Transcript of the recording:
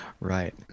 Right